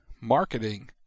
marketing